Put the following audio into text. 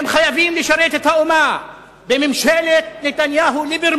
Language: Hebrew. הם חייבים לשרת את האומה בממשלת נתניהו-ליברמן,